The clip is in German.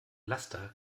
laster